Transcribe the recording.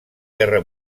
guerra